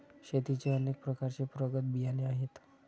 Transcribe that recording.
शेतीचे अनेक प्रकारचे प्रगत बियाणे आहेत